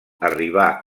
arribà